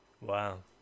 wow